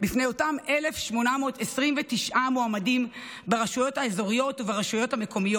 בפני אותם 1,829 מועמדים ברשויות האזוריות וברשויות המקומיות